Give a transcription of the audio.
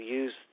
use